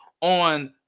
on